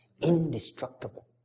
indestructible